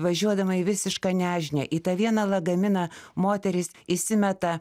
važiuodama į visišką nežinią į tą vieną lagaminą moteris įsimeta